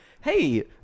hey